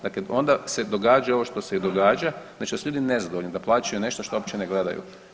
Dakle, onda se događa i ovo što se i događa znači da su ljudi nezadovoljni da plaćaju nešto što uopće ne gledaju.